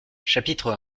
chapitre